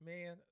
Man